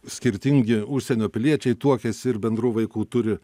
skirtingi užsienio piliečiai tuokiasi ir bendrų vaikų turi